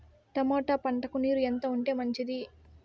Tomato పంటకు నీరు ఎంత ఉంటే మంచిది?